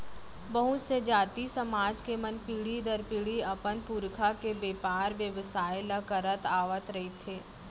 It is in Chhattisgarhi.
बहुत से जाति, समाज के मन पीढ़ी दर पीढ़ी अपन पुरखा के बेपार बेवसाय ल करत आवत रिहिथे